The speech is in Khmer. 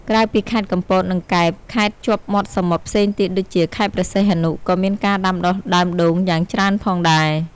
ក្រៅពីខេត្តកំពត និងកែប ខេត្តជាប់មាត់សមុទ្រផ្សេងទៀតដូចជា ខេត្តព្រះសីហនុ ក៏មានការដាំដុះដើមដូងយ៉ាងច្រើនផងដែរ។